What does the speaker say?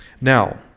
Now